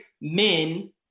men